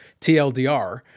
TLDR